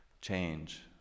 change